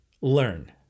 learn